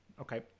Okay